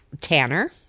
tanner